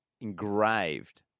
engraved